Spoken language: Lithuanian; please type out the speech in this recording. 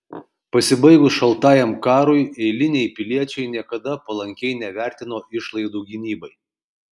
pasibaigus šaltajam karui eiliniai piliečiai niekada palankiai nevertino išlaidų gynybai